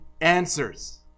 answers